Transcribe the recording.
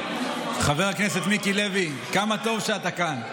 חבר הכנסת מיקי לוי, כמה טוב שאתה כאן.